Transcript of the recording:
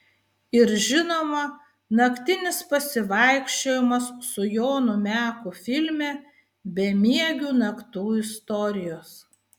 ir žinoma naktinis pasivaikščiojimas su jonu meku filme bemiegių naktų istorijos